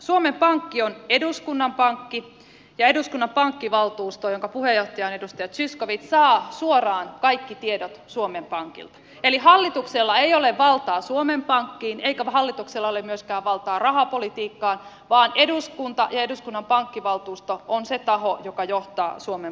suomen pankki on eduskunnan pankki ja eduskunnan pankkivaltuusto jonka puheenjohtaja on edustaja zyskowicz saa suoraan kaikki tiedot suomen pankilta eli hallituksella ei ole valtaa suomen pankkiin eikä hallituksella ole myöskään valtaa rahapolitiikkaan vaan eduskunta ja eduskunnan pankkivaltuusto on se taho joka johtaa suomen pankin toimintaa